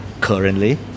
currently